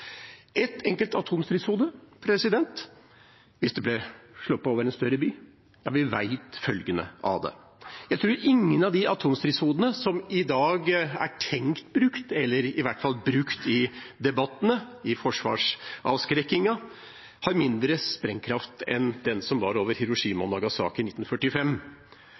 Ett enkelt atomstridshode, hvis det ble sluppet over en større by – ja, vi vet følgene av det. Jeg tror ingen av de atomstridshodene som i dag er tenkt brukt – eller i hvert fall er brukt slik i debattene – i forsvarsavskrekkingen, har mindre sprengkraft enn de som ble sluppet over Hiroshima og Nagasaki i 1945.